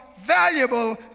valuable